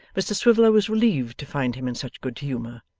mr swiveller was relieved to find him in such good humour,